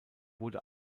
wurde